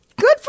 Good